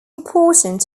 important